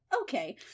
Okay